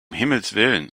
himmelswillen